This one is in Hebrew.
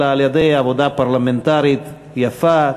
אלא על-ידי עבודה פרלמנטרית יפה,